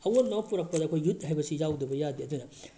ꯑꯋꯣꯟꯕ ꯑꯃ ꯄꯨꯔꯛꯄꯗ ꯑꯩꯈꯣꯏ ꯌꯨꯠ ꯍꯥꯏꯕꯁꯤ ꯌꯥꯎꯗꯕ ꯌꯥꯗꯦ ꯑꯗꯨꯅ